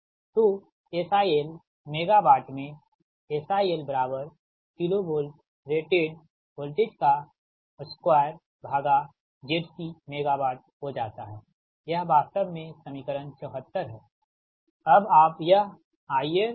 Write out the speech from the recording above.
तोSIL megawatt में SIL kVL rated2ZCMW हो जाता हैयह वास्तव में समीकरण 74 है